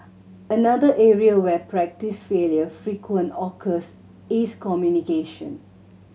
another area where practice failure frequent occurs is communication